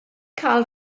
cael